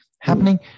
happening